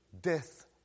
Death